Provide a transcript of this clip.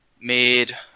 made